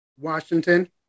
Washington